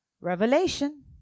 Revelation